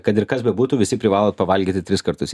kad ir kas bebūtų visi privalo pavalgyti tris kartus